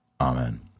Amen